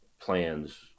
plans